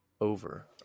over